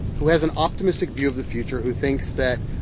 who has an optimistic view of the future, who thinks that,